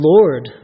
Lord